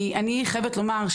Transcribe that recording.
אני חייבת לומר,